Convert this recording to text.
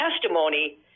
testimony